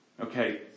Okay